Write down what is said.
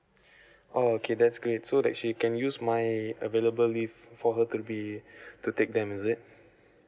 oh okay that's great so that she can use my available leave for her to be to take them is that